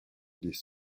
des